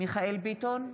מיכאל מרדכי ביטון,